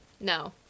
No